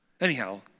Anyhow